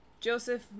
Joseph